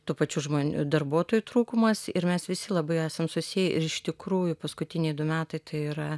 tų pačių žmon darbuotojų trūkumas ir mes visi labai esam susiję ir iš tikrųjų paskutiniai du metai tai yra